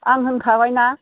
आं होनखाबायना